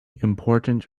important